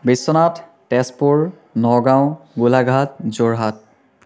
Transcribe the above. Biswanath Tezpur Nagaon Golaghat Jorhat